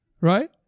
right